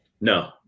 No